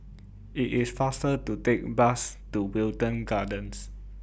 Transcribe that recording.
IT IS faster to Take The Bus to Wilton Gardens